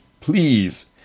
please